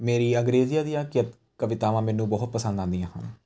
ਮੇਰੀ ਅੰਗਰੇਜ਼ੀ ਦੀਆਂ ਕ ਕਵਿਤਾਵਾਂ ਮੈਨੂੰ ਬਹੁਤ ਪਸੰਦ ਆਉਂਦੀਆਂ ਹਨ